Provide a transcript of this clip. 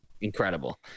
incredible